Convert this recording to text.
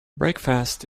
breakfast